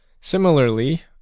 similarly